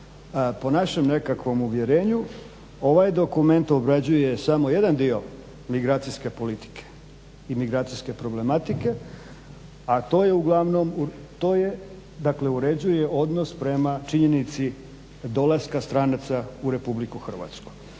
po našem nekakvom uvjerenju ovaj dokument obrađuje samo jedan dio migracijske politike i migracijske problematike, a to je uglavnom, dakle uređuje odnos prema činjenici dolaska stranaca u RH. Mi mislimo